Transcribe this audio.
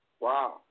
Wow